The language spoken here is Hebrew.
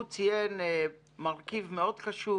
הוא ציין מרכיב מאוד חשוב